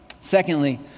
Secondly